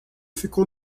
ficou